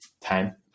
time